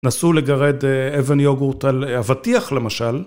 נסו לגרד אבן יוגורט על אבטיח למשל.